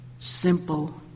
simple